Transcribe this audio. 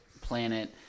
planet